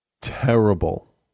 terrible